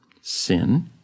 sin